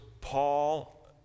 Paul